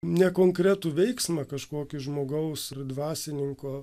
ne konkretų veiksmą kažkokį žmogaus ir dvasininko